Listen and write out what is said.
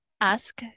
ask